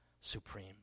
supreme